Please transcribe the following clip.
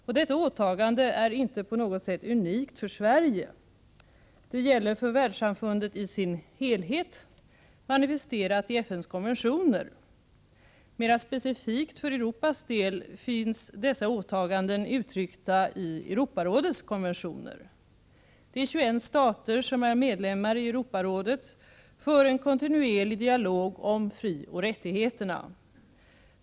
Detta åtagande är inte på något sätt unikt för Sverige. Det gäller för världssamfundet i sin helhet, manifesterat i FN:s konventioner. Mera specifikt för Europas del finns dessa åtaganden uttryckta i Europarådets konventioner. De 21 stater som är medlemmar i Europarådet för en kontinuerlig dialog om frioch rättigheterna.